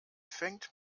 fängt